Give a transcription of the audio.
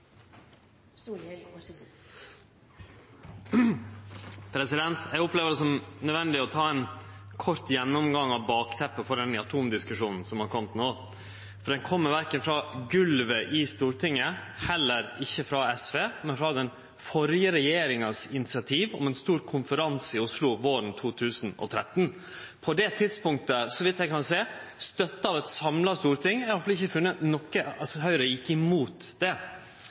Eg opplever det som nødvendig å ta ein kort gjennomgang av bakteppet for atomdiskusjonen som har kome no, for dette kjem verken frå golvet i Stortinget eller frå SV, men frå den førre regjeringas initiativ til ein stor konferanse i Oslo våren 2013. Så vidt eg kan sjå, var dette på det tidspunktet støtta av eit samla storting, eg har i alle fall ikkje funne noko om at Høgre gjekk imot det.